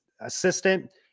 assistant